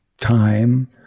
time